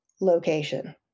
location